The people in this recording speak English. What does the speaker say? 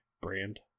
brand